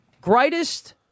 Greatest